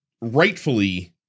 rightfully